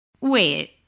Wait